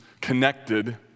connected